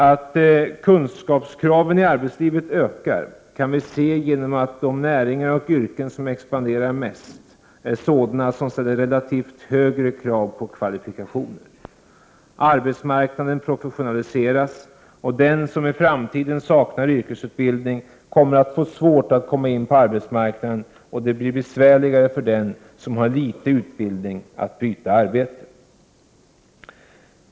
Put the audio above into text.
Att kunskapskraven i arbetslivet ökar kan vi se genom att de näringar och yrken som expanderar mest är sådana som ställer relativt höga krav på kvalifikationer. Arbetsmarknaden professionaliseras, och den som i framti den saknar yrkesutbildning kommer att få svårt att komma in på arbetsmark = Prot. 1988/89:63 naden. Det blir besvärligare för den som inte har så mycket utbildning att 8 februari 1989 byta arbete.